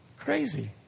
Crazy